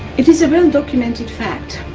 it is a well-documented fact,